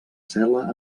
cel·la